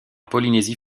polynésie